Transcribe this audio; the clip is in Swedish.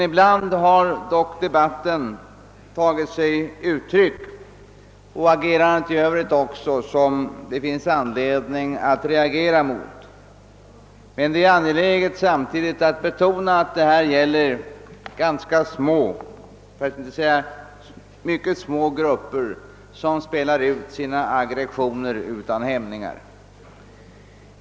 Ibland har emellertid debatten liksom även agerandet i övrigt tagit sig uttryck som det finns anledning reagera mot, men det är samtidigt angeläget betona att det härvidlag gäller ganska små för att inte säga mycket små — grupper som spelar ut sina aggressioner . utan hämningar.